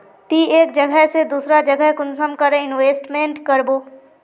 ती एक जगह से दूसरा जगह कुंसम करे इन्वेस्टमेंट करबो?